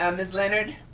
um miss leonard?